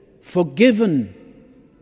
forgiven